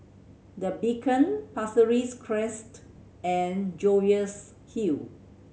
The Beacon Pasir Ris Crest and Jervois Hill